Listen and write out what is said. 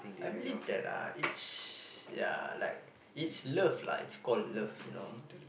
I believe that uh each ya like it's love lah it's called love you know